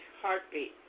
heartbeat